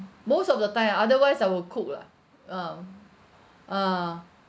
most of the time otherwise I will cook lah um a'ah